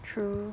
true